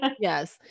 yes